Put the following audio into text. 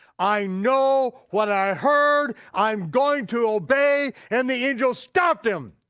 i know what i heard, i'm going to obey, and the angel stopped him.